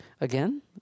again